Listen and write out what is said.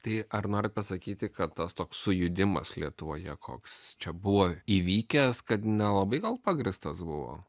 tai ar norit pasakyti kad tas toks sujudimas lietuvoje koks čia buvo įvykęs kad nelabai gal pagrįstas buvo